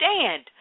stand